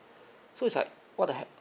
so it's like what the heck